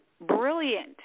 brilliant